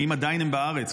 האם עדיין הם בארץ,